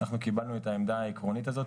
אנחנו קיבלנו את העמדה העקרונית הזאת,